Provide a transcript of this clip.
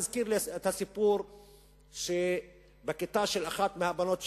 זה מזכיר לי סיפור בכיתה של אחת מהבנות שלי,